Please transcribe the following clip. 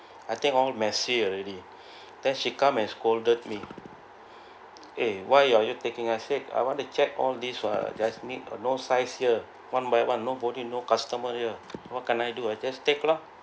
I think all messy already then she come and scolded me eh why are you taking as this I want to check all these what I just need no size here one by one nobody no customer here what can I do I just take lor